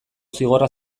zigorra